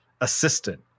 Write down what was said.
assistant